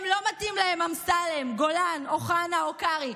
הם, לא מתאים להם אמסלם, גולן, אוחנה או קרעי.